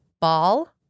Ball